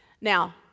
Now